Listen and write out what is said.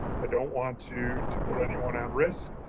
i don't want to to put anyone at risk,